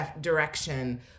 direction